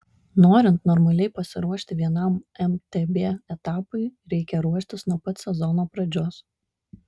norint normaliai pasiruošti vienam mtb etapui reikia ruoštis nuo pat sezono pradžios